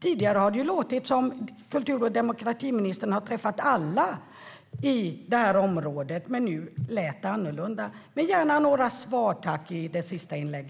Tidigare har det låtit som att kultur och demokratiministern har träffat alla på området, men nu lät det annorlunda. Jag vill gärna få några svar i statsrådets sista inlägg.